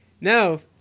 No